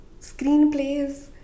screenplays